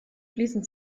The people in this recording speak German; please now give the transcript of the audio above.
fließen